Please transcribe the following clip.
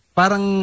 parang